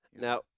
Now